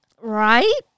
right